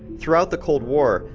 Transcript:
throughout the cold war,